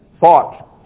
thought